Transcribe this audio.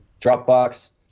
Dropbox